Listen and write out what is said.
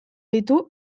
ditu